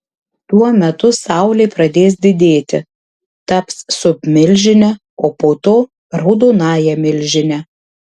tuo metu saulė pradės didėti taps submilžine o po to raudonąja milžine